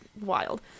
wild